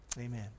Amen